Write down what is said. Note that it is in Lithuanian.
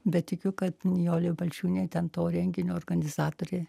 bet tikiu kad nijolė balčiūnienė ten to renginio organizatorė